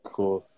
Cool